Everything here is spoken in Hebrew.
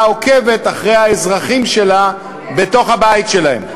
עוקבת אחרי האזרחים שלה בתוך הבית שלהם.